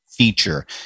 feature